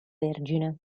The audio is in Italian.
vergine